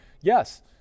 yes